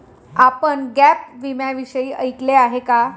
आपण गॅप विम्याविषयी ऐकले आहे का?